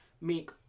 make